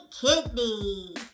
kidney